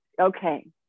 Okay